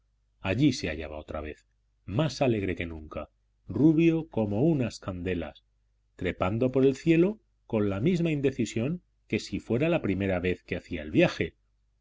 allí se hallaba otra vez más alegre que nunca rubio como unas candelas trepando por el cielo con la misma indecisión que si fuera la vez primera que hacía el viaje